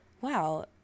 wow